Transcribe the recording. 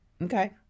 Okay